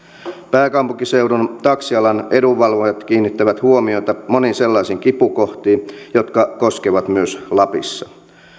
pääkaupunkiseudun taksialan edunvalvojat kiinnittävät huomiota moniin sellaisiin kipukohtiin jotka koskevat myös lapissa